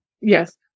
Yes